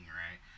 right